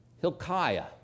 Hilkiah